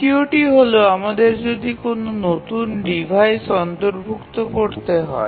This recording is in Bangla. দ্বিতীয়টি হল আমাদের যদি কোনও নতুন ডিভাইস অন্তর্ভুক্ত করতে হয়